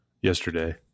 yesterday